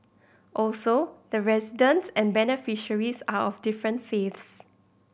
also the residents and beneficiaries are of different faiths